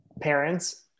parents